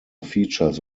features